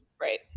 right